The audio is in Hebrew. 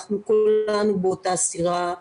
אנחנו כולנו באותה סירה.